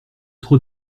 trop